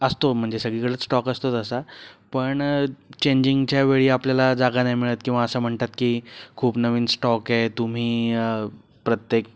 असतो म्हणजे सगळीकडे स्टॉक असतो तसा पण चेंजिंगच्या वेळी आपल्याला जागा नाही मिळत किंवा असं म्हणतात की खूप नवीन स्टॉक आहे तुम्ही प्रत्येक